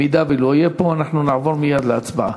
אם הוא לא יהיה פה אנחנו נעבור מייד להצבעה.